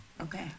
Okay